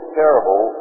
terrible